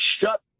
shut